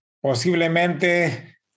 posiblemente